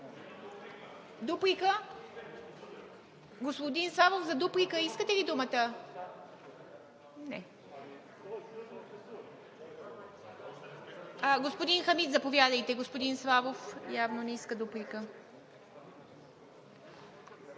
Дуплика? Господин Славов, за дуплика искате ли думата? Не. Господин Хамид, заповядайте. Господин Славов явно не иска дуплика.